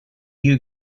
you